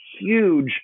huge